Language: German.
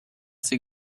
sie